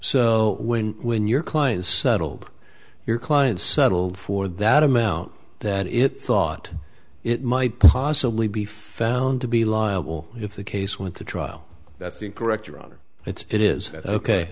so when when your client is settled your clients settled for that amount that it thought it might possibly be found to be liable if the case went to trial that's incorrect your honor it's it is